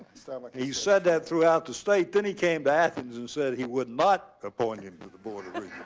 um like he said that throughout the state. then he came to athens and said he would not appoint him to the board of